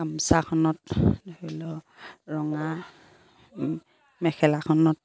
গামোচাখনত ধৰি লওক ৰঙা মেখেলাখনত